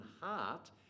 heart